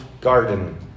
garden